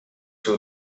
too